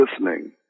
listening